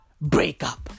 breakup